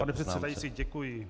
Pane předsedající, děkuji.